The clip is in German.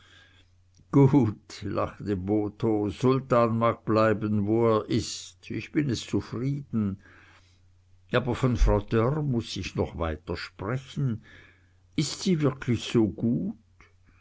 gut lachte botho sultan mag bleiben wo er ist ich bin es zufrieden aber von frau dörr muß ich noch weiter sprechen ist sie wirklich so gut